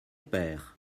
père